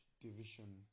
division